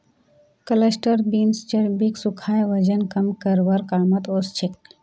cluster beans चर्बीक सुखाए वजन कम करवार कामत ओसछेक